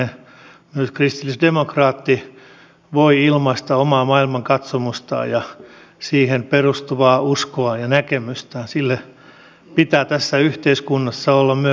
myös kristillisdemokraatti voi ilmaista omaa maailmankatsomustaan ja siihen perustuvaa uskoaan ja näkemystään sille pitää tässä yhteiskunnassa olla myös tila